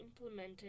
implemented